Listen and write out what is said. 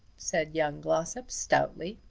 said young glossop stoutly.